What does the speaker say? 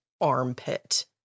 armpit